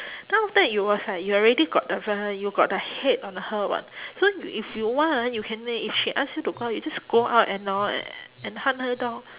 then after that it was like you already got the you got the hate on her what so if you want you can then if she ask you to go out you just go out and hor and hunt her down